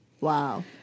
Wow